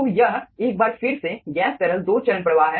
तो यह एक बार फिर से गैस तरल दो चरण प्रवाह है